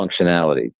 functionality